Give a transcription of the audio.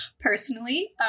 personally